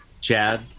chad